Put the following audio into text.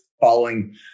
following